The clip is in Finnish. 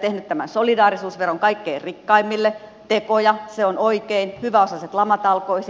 tehnyt tämän solidaarisuusveron kaikkein rikkaimmille tekoja se on oikein hyväosaiset lamatalkoisiin